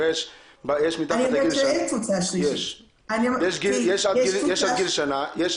יש עד גיל שנה, יש